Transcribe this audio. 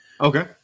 Okay